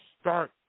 start